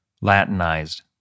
Latinized